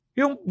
yung